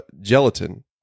gelatin